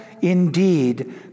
indeed